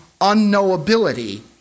unknowability